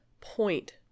point